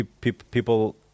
people